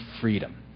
freedom